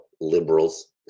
liberals